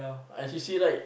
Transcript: N_C_C right